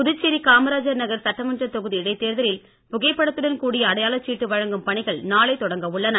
புதுச்சேரி காமராஜ் நகர் சட்டமன்றத் தொகுதியில் புகைப்படத்துடன் கூடிய அடையாளச் சீட்டு வழங்கும் பணிகள் நாளை தொடங்க உள்ளன